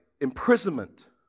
imprisonment